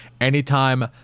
anytime